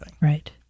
Right